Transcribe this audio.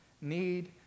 need